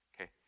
okay